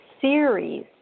series